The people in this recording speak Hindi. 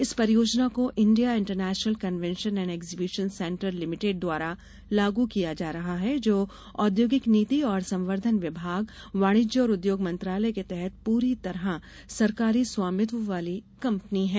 इस परियोजना को India International Convention and Exhibition Centre Limited द्वारा लागू किया जा रहा है जो औद्योगिक नीति और संवर्धन विभाग वाणिज्य और उद्योग मंत्रालय के तहत पूरी तरह सरकारी स्वामित्व वाली कंपनी है